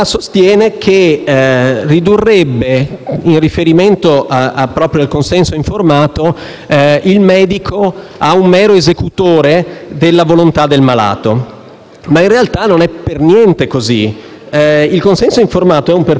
ma il realtà non è per niente così. Il consenso informato è un percorso di incontro tra la responsabilità del medico e la volontà del paziente. Il medico in una prima fase illustra la situazione